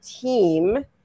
team